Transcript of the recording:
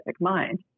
mind